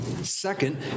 Second